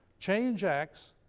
change x,